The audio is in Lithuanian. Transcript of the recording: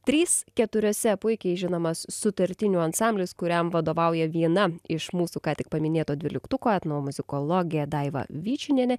trys keturiose puikiai žinomas sutartinių ansamblis kuriam vadovauja viena iš mūsų ką tik paminėto dvyliktuko etnomuzikologė daiva vyčinienė